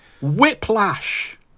Whiplash